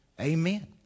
Amen